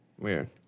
Weird